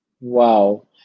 Wow